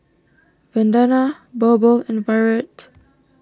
Vandana Birbal and Virat